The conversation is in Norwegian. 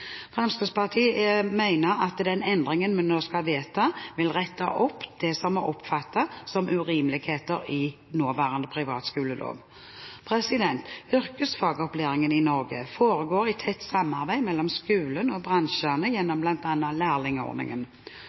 Fremskrittspartiet mener at den endringen vi nå skal vedta, vil rette opp det som vi oppfattet som urimeligheter i nåværende privatskolelov. Yrkesfagopplæringen i Norge foregår i tett samarbeid mellom skolen og bransjene gjennom